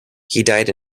died